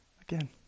Again